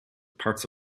parts